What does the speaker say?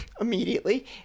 immediately